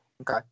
Okay